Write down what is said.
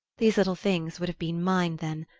these little things would have been mine, then,